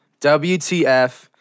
WTF